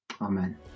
Amen